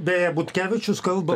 beje butkevičius kalba